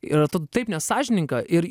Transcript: ir atrodo taip nesąžininga ir